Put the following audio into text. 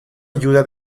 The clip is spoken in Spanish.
ayuda